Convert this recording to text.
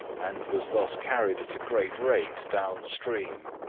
and was thus carried at a great rate down-stream.